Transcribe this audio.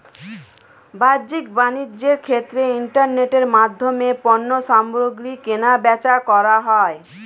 বাহ্যিক বাণিজ্যের ক্ষেত্রে ইন্টারনেটের মাধ্যমে পণ্যসামগ্রী কেনাবেচা করা হয়